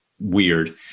weird